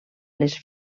les